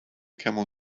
camel